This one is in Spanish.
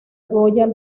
royal